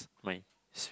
my s~